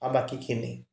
অঁ বাকীখিনি